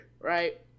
right